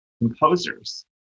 composers